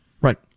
Right